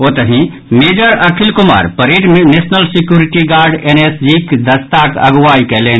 ओतहि major Akhil Kumar parade मे national security guard एनएसजीक दस्ताक अगुआयी कयलनि